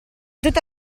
tutta